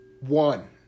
One